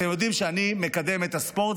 אתם יודעים שאני מקדם את הספורט,